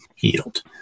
healed